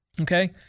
okay